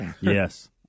Yes